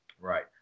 right